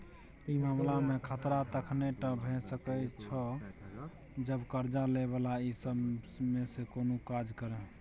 ई मामला में खतरा तखने टा भेय सकेए जब कर्जा लै बला ई सब में से कुनु काज करे